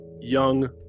young